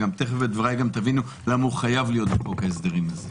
וגם תיכף מדבריי גם תבינו למה הוא חייב להיות בחוק ההסדרים.